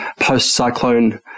post-cyclone